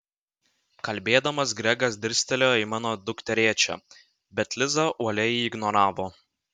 kalbėdamas gregas dirstelėjo į mano dukterėčią bet liza uoliai jį ignoravo